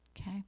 Okay